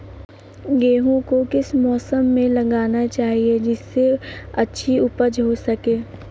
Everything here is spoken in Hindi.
गेहूँ को किस मौसम में लगाना चाहिए जिससे अच्छी उपज हो सके?